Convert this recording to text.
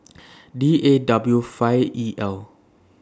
D A W five E L